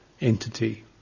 entity